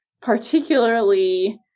particularly